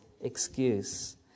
excuse